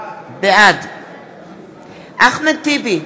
בעד אחמד טיבי,